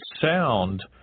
sound